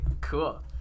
cool